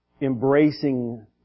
embracing